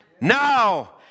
Now